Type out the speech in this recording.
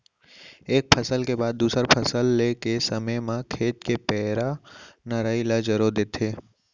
एक फसल के बाद दूसर फसल ले के समे म खेत के पैरा, नराई ल जरो देथे